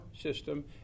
system